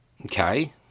Okay